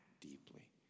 deeply